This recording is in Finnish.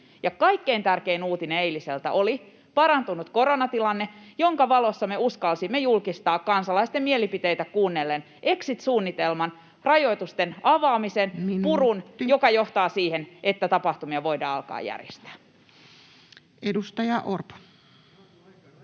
kaikkein tärkein uutinen eiliseltä oli parantunut koronatilanne, jonka valossa me uskalsimme julkistaa kansalaisten mielipiteitä kuunnellen exit-suunnitelman, rajoitusten avaamisen, [Puhemies: Minuutti!] purun, joka johtaa siihen, että tapahtumia voidaan alkaa järjestää. [Speech